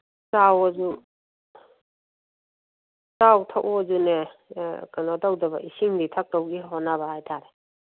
ꯆꯥꯎꯋꯣꯁꯨ ꯆꯥꯎ ꯊꯛꯑꯣꯁꯨꯅꯦ ꯀꯩꯅꯣ ꯇꯧꯗꯕ ꯏꯁꯤꯡꯗꯤ ꯊꯛꯇꯧꯒꯤ ꯍꯣꯠꯅꯕ ꯍꯥꯏ ꯇꯥꯔꯦ